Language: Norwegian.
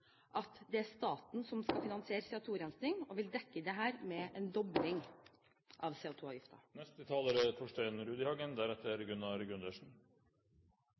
at det er staten som skal finansiere CO2-rensingen, og vil dekke dette med en dobling av